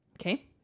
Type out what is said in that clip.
okay